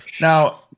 Now